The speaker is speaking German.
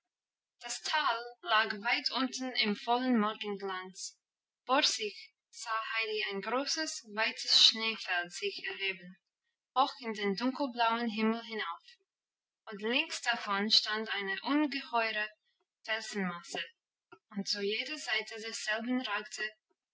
das tal lag weit unten im vollen morgenglanz vor sich sah heidi ein großes weites schneefeld sich erheben hoch in den dunkelblauen himmel hinauf und links davon stand eine ungeheure felsenmasse und zu jeder seite derselben ragte